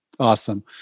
Awesome